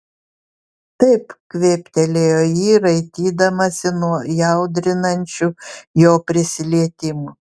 taip kvėptelėjo ji raitydamasi nuo įaudrinančių jo prisilietimų